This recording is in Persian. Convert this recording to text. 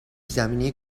زمینی